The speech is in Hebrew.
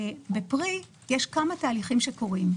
בפרי יש כמה תהליכים שקורים.